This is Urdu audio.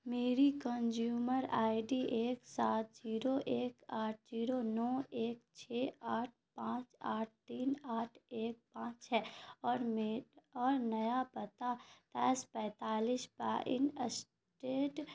میری کنجیومر آئی ڈی ایک سات جیرو ایک آٹھ جیرو نو ایک چھ آٹھ پانچ آٹھ تین آٹھ ایک پانچ ہے اور میں اور نیا پتہ دس پینتالس فائن اسٹیٹ